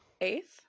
Eighth